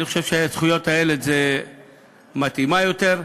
אני חושב שהוועדה לזכויות הילד מתאימה יותר,